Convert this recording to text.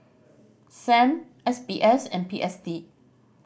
Sam S B S and P S D